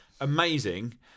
Amazing